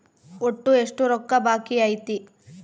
ಒಟ್ಟು ಎಷ್ಟು ರೊಕ್ಕ ಬಾಕಿ ಐತಿ?